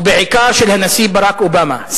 ובעיקר של הנשיא ברק אובמה,